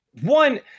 one